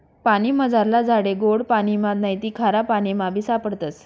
पानीमझारला झाडे गोड पाणिमा नैते खारापाणीमाबी सापडतस